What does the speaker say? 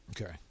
Okay